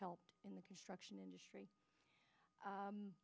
helped in the construction industry